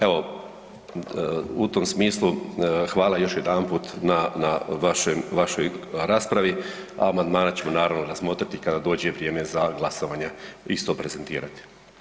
Evo, u tom smislu hvala još jedanput na vašem, vašoj raspravi, amandmane ćemo naravno razmotriti kada dođe vrijeme za glasovanje i isto prezentirati.